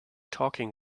talking